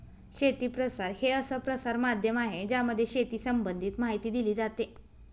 शेती प्रसार हे असं प्रसार माध्यम आहे ज्यामध्ये शेती संबंधित माहिती दिली जाते